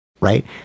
right